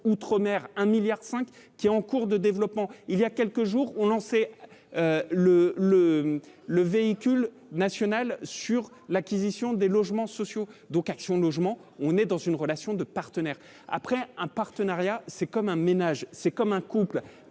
outre-mer un milliard 5 qui est en cours de développement, il y a quelques jours, on en sait, le le le véhicule nationales sur l'acquisition des logements sociaux, donc Action logement, on est dans une relation de partenaires après un partenariat, c'est comme un ménage, c'est comme un couple